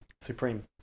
supreme